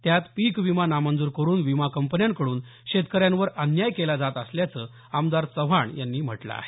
त्यात पीक विमा नामंजूर करून विमा कंपनीकडून शेतकऱ्यांवर अन्याय केला जात असल्याचं आमदार चव्हाण यांनी म्हटलं आहे